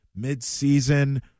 midseason